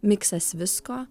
miksas visko